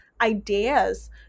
ideas